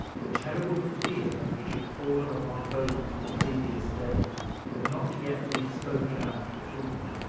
the terrible fear which had fallen upon both the previous day had not yet been spoken out between them.